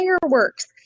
fireworks